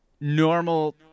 normal